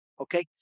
Okay